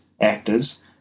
actors